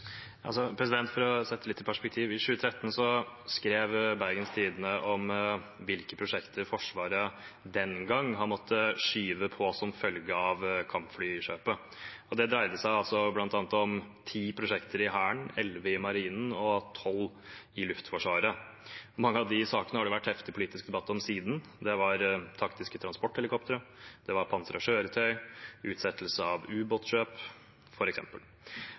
For å sette det litt i perspektiv: I 2013 skrev Bergens Tidende om hvilke prosjekter Forsvaret den gang måtte skyve på som følge av kampflykjøpet. Det dreide seg bl.a. om ti prosjekter i Hæren, elleve i Marinen og tolv i Luftforsvaret. Mange av de sakene har det vært heftige politiske debatter om siden. Det var taktiske transporthelikoptre, det var pansrede kjøretøy, utsettelse av ubåtkjøp,